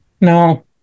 no